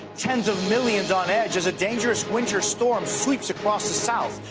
tens of millions on edge as a dangerous winter storm sweeps across the south.